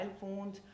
phones